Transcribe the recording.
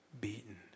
beaten